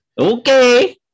okay